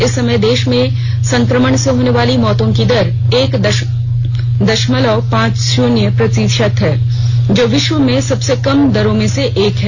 इस समय देश में संक्रमण से होने वाली मौतों की दर एक दशमलव पांच शून्य प्रतिशत है जो विश्व में सबसे कम दरों में से है